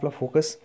focus